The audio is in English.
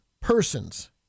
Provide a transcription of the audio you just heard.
Persons